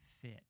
fit